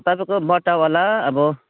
तपाईँको बट्टावाला अब